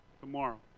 tomorrow